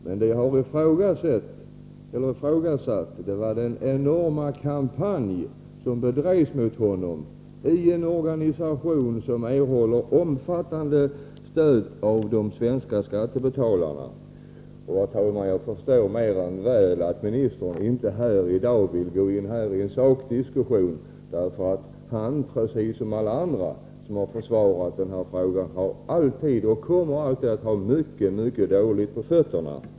Vad jag har ifrågasatt är däremot den enorma kampanj som bedrevs mot honom i en organisation som erhåller omfattande stöd av de svenska skattebetalarna. Herr talman! Jag förstår mer än väl att ministern inte vill gå in i en sakdiskussion. Han, precis som alla andra som har försvarat den här frågan, har alltid haft och kommer alltid att ha mycket dåligt på på fötterna.